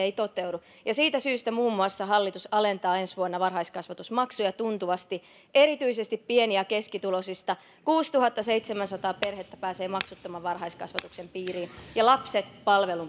ei toteudu ja muun muassa siitä syystä hallitus alentaa ensi vuonna varhaiskasvatusmaksuja tuntuvasti erityisesti pieni ja keskituloisilta kuusituhattaseitsemänsataa perhettä pääsee maksuttoman varhaiskasvatuksen piiriin ja lapset palvelun